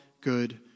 good